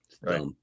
Right